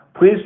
please